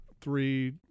Three